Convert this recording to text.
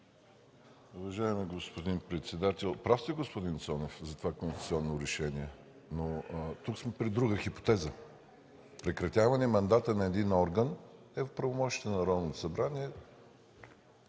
Уважаеми господин председател! Прав сте, господин Цонев, за това конституционно решение, но тук сме при друга хипотеза. Прекратяването мандата на един орган е в правомощията на Народното събрание